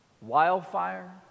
wildfire